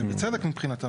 ובצדק, מבחינתם.